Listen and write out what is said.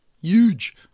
huge